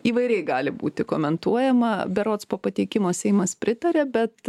įvairiai gali būti komentuojama berods po pateikimo seimas pritarė bet